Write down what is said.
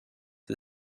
the